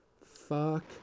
fuck